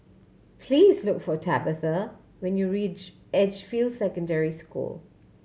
please look for Tabatha when you reach Edgefield Secondary School